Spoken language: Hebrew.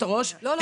דניאל, זה לא נכון.